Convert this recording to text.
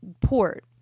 port